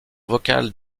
vocale